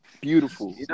Beautiful